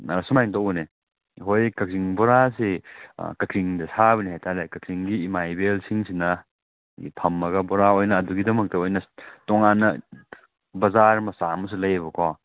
ꯁꯨꯃꯥꯏꯅ ꯇꯧꯕꯅꯦ ꯑꯩꯈꯣꯏ ꯀꯥꯛꯆꯤꯡ ꯕꯣꯔꯥꯁꯤ ꯀꯥꯛꯆꯤꯡꯗ ꯁꯥꯕꯅꯦ ꯍꯥꯏꯇꯥꯔꯦ ꯀꯥꯛꯆꯤꯡꯒꯤ ꯏꯃꯥ ꯏꯕꯦꯜꯁꯤꯡꯁꯤꯅ ꯐꯝꯃꯒ ꯕꯣꯔꯥ ꯑꯣꯏꯅ ꯑꯗꯨꯒꯤꯗꯃꯛꯇ ꯑꯣꯏꯅ ꯇꯣꯡꯉꯥꯟꯅ ꯕꯖꯥꯔ ꯃꯆꯥ ꯑꯃꯁꯨ ꯂꯩꯌꯦꯕꯀꯣ